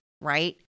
right